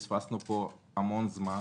ופספסנו פה המון זמן.